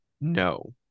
No